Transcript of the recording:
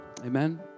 Amen